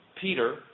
Peter